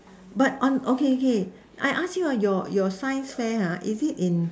but on okay okay I ask you ah your your science fair ha is it in